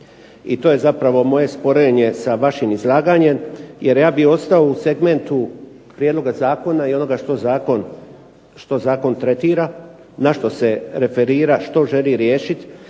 I to je zapravo moje sporenje sa vašim izlaganjem. Jer ja bih ostao u segmentu prijedloga zakona i onoga što zakon tretira, na što se referira, što želi riješiti,